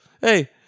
hey